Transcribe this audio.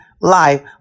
life